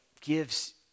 gives